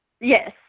Yes